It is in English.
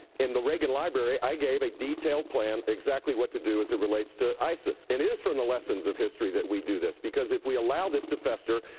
in the reagan library, i gave a detailed plan. exactly what to do as it relates to isis. and it is from the lessons from history that we do this because if we allow this to fester,